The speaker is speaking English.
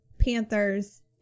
Panthers